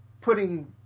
putting